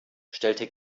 stellte